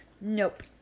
Nope